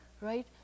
right